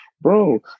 bro